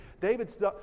David's